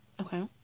Okay